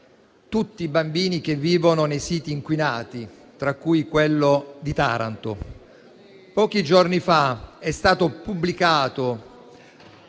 tutti i bambini che vivono nei siti inquinati, tra cui quello di Taranto. Pochi giorni fa è stato pubblicato,